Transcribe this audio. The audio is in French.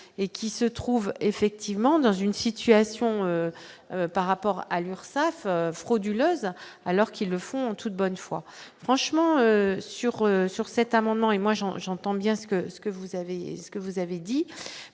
et qui se trouve effectivement dans une situation par rapport à l'Urssaf frauduleuses alors qu'ils le font en toute bonne foi, franchement sur sur cet amendement et moi j'en, j'entends bien ce que ce que vous